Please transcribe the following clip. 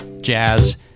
jazz